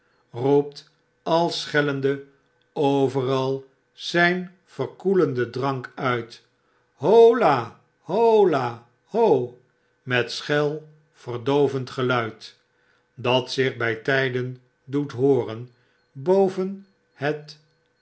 roept al schellende overal zyn verkoelenden drank uit hola hola ho o o met schel verdoovend geluid dat zich bij tyden doet hooren boven het